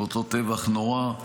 באותו טבח נורא,